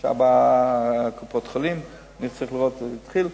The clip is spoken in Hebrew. יש ארבע קופות-חולים, נצטרך לראות איך זה יתחיל.